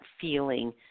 feeling